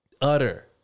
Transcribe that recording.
utter